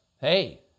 hey